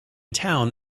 town